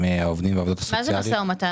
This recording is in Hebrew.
העובדים והעובדות הסוציאליים --- מה זה משא ומתן?